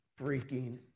freaking